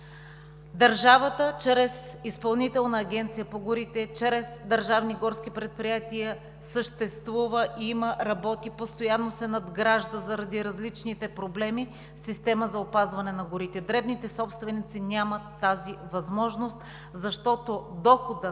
Държавата чрез Изпълнителна агенция по горите чрез държавни горски предприятия съществува, има, работи, постоянно се надгражда заради различните проблеми в системата за опазване на горите. Дребните собственици нямат тази възможност, защото доходът,